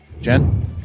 Jen